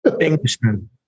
Englishman